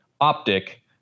optic